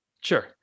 Sure